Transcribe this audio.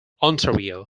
ontario